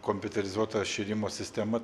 kompiuterizuotą šėrimo sistemą